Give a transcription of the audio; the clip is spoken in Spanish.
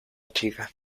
chica